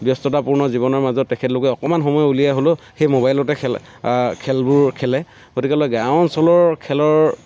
ব্যস্ততাপূৰ্ণ জীৱনৰ মাজত তেখেতলোকে অকণমান সময় উলিয়াই হ'লেও সেই ম'বাইলতে খেলে খেলবোৰ খেলে গতিকে লৈ গাঁৱৰ অঞ্চলৰ খেলৰ